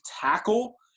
tackle